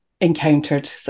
encountered